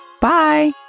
Bye